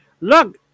look